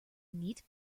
neat